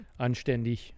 Anständig